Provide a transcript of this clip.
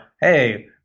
Hey